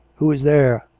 who is there?